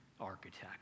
architect